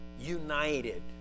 united